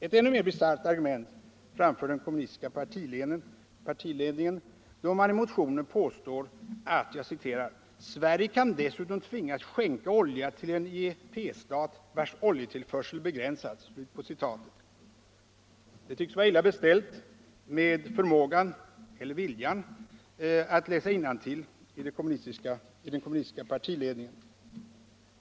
Ett ännu mer bisarrt argument framför den kommunistiska partiledningen, då man i motionen påstår: ”Sverige kan dessutom tvingas skänka olja till en IEP-stat vars oljetillförsel begränsats.” Det tycks vara illa beställt med förmågan -— eller viljan — att läsa innantill i den kommunistiska partiledningen.